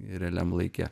realiam laike